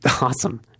Awesome